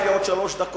יש לי עוד שלוש דקות,